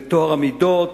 לטוהר המידות